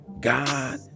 God